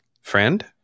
friend